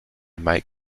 might